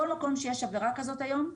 כל מקום שיש עבירה כזאת היום,